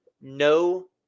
No